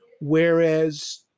Whereas